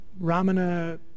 Ramana